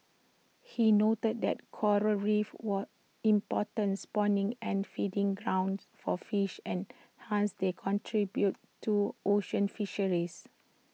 he noted that Coral reefs were important spawning and feeding grounds for fish and hence they contribute to ocean fisheries